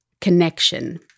connection